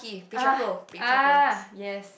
!ah! !ah! yes